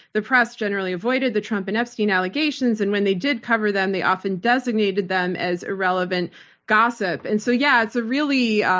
the press generally avoided the trump and epstein allegations. and when they did cover them, they often designated them as irrelevant gossip. and so, yeah. it's a really